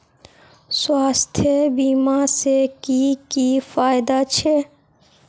स्वास्थ्य बीमा से की की फायदा छे?